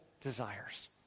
desires